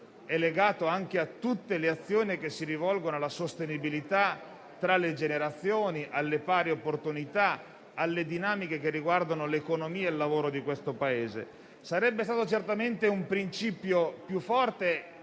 è legato anche a tutte le azioni che si rivolgono alla sostenibilità tra le generazioni, alle pari opportunità, alle dinamiche che riguardano l'economia e il lavoro di questo Paese. Sarebbe stato certamente un principio più forte